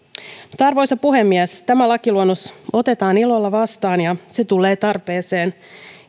arvoisa puhemies tämä lakiluonnos otetaan ilolla vastaan ja se tulee tarpeeseen